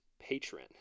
Patron